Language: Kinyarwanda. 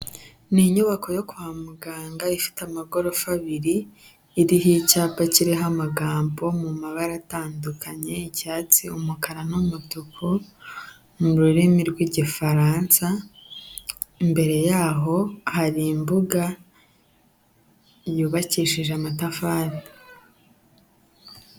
Ni inyubako yo kwa muganga ifite amagorofa abiri, iriho icyapa kiriho amagambo mu mabara atandukanye, icyatsi, umukara n'umutuku, mu rurimi rw'Igifaransa, imbere yaho hari imbuga, yubakishije amatafari.